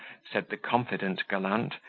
said the confident gallant,